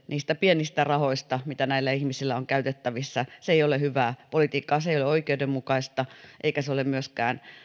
niistä pienistä rahoista mitä näillä ihmisillä on käytettävissä se ei ole hyvää politiikkaa se ei ole oikeudenmukaista eikä ole myöskään